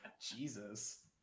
Jesus